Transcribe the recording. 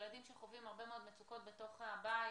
ילדים שחווים הרבה מאוד מצוקות בתוך הבית.